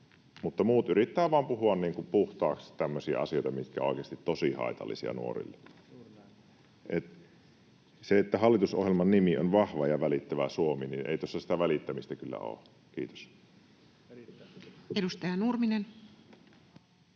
mutta muut yrittävät vaan puhua niin kuin puhtaaksi tämmöisiä asioita, mitkä ovat oikeasti tosi haitallisia nuorille. Hallitusohjelman nimi on Vahva ja välittävä Suomi, mutta ei tässä sitä välittämistä kyllä ole. — Kiitos. [Speech